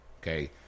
Okay